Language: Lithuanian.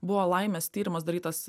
buvo laimės tyrimas darytas